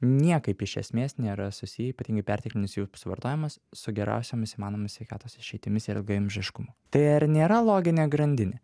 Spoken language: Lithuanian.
niekaip iš esmės nėra susiję ypatingai perteklinis jų suvartojimas su geriausiomis įmanomomis sveikatos išeitimis ir ilgaamžiškumu tai ar nėra loginė grandinė